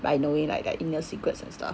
by knowing like their inner secrets and stuff